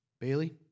Bailey